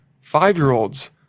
five-year-olds